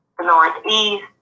northeast